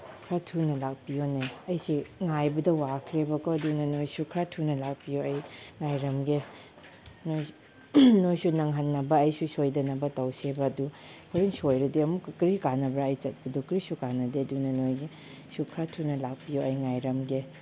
ꯈꯔ ꯊꯨꯅ ꯂꯥꯛꯄꯤꯌꯣꯅꯦ ꯑꯩꯁꯤ ꯉꯥꯏꯕꯗ ꯋꯥꯈ꯭ꯔꯦꯕꯀꯣ ꯑꯗꯨꯅ ꯅꯣꯏꯁꯨ ꯈꯔ ꯊꯨꯅ ꯂꯥꯛꯄꯤꯌꯣ ꯑꯩ ꯉꯥꯏꯔꯝꯒꯦ ꯅꯣꯏꯁꯨ ꯅꯪꯍꯟꯅꯕ ꯑꯩꯁꯨ ꯁꯣꯏꯗꯅꯕ ꯇꯧꯁꯦꯕ ꯑꯗꯨ ꯍꯣꯔꯦꯟ ꯁꯣꯏꯔꯗꯤ ꯑꯃꯨꯛꯀ ꯀꯔꯤ ꯀꯥꯅꯕ꯭ꯔ ꯑꯩ ꯆꯠꯄꯗꯤ ꯀꯔꯤꯁꯨ ꯀꯥꯅꯗꯦ ꯑꯗꯨꯅ ꯅꯣꯏꯒꯤꯁꯨ ꯈꯔ ꯊꯨꯅ ꯂꯥꯛꯄꯤꯌꯣ ꯑꯩ ꯉꯥꯏꯔꯝꯒꯦ